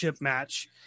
match